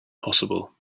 possible